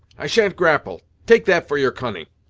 i sha'n't grapple! take that for your cunning!